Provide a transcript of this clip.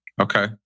Okay